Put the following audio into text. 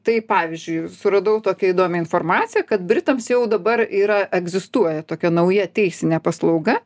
tai pavyzdžiui suradau tokią įdomią informaciją kad britams jau dabar yra egzistuoja tokia nauja teisinė paslauga